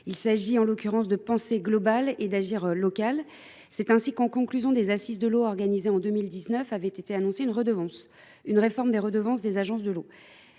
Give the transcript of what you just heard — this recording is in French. Il s’agit de penser global et d’agir local. C’est ainsi qu’en conclusion des Assises de l’eau organisées en 2019 a été annoncée une réforme des redevances des agences de l’eau.